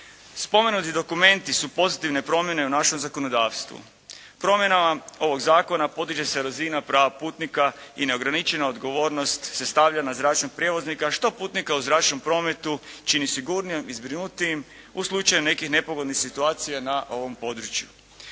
Spomenuti dokumenti su pozitivne promjene u našem zakonodavstvu. Promjenama ovog zakona podiže se razina prava putnika i neograničena odgovornost se stavlja na zračnog prijevoznika što putnika u zračnom prometu čini sigurnijim i zbrinutijim u slučaju nekih nepogodnih situacija na ovom području.